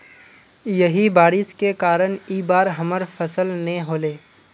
यही बारिश के कारण इ बार हमर फसल नय होले?